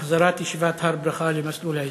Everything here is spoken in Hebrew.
החזרת ישיבת "הר ברכה" למסלול ההסדר.